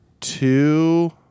two